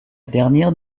dernière